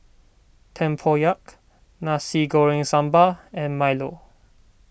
Tempoyak Nasi Goreng Sambal and Milo